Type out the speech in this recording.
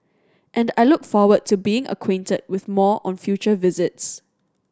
and I look forward to being acquainted with more on future visits